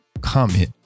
comment